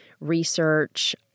Research